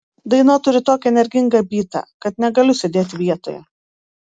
daina turi tokį energingą bytą kad negaliu sėdėti vietoje